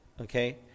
okay